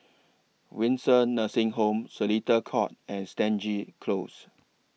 Windsor Nursing Home Seletar Court and Stangee Close